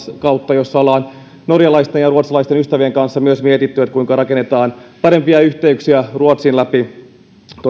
kautta jossa olemme norjalaisten ja ruotsalaisten ystävien kanssa myös miettineet kuinka rakennetaan parempia yhteyksiä ruotsin läpi